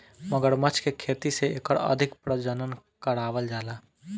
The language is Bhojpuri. मगरमच्छ के खेती से एकर अधिक प्रजनन करावल जाला